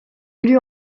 lus